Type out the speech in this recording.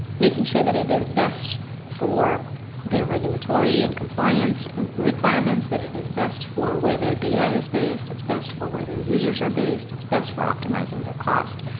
making sure that it is best for their regulatory and compliance requirements. that it is best for where their data is based. it's best for where their users are based. it's best for optimizing their cost.